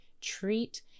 treat